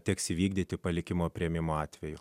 teks įvykdyti palikimo priėmimo atveju